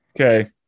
okay